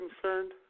concerned